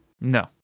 No